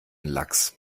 lachs